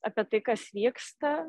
apie tai kas vyksta